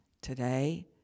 today